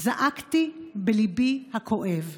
זעקתי בליבי הכואב.